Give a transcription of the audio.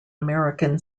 american